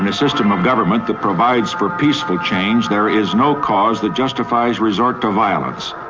and system of government that provides for peaceful change, there is no cause that justifies resort to violence.